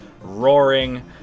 roaring